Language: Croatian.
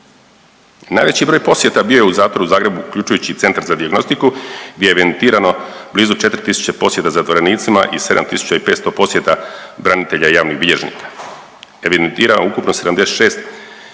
Najveći broj posjeta bio je u zatvoru u Zagrebu uključujući i Centar za dijagnostiku gdje je evidentirano blizu 4000 posjeta zatvorenicima i 7500 posjeta branitelja i javnih bilježnika.